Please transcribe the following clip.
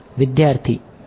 વિદ્યાર્થી 2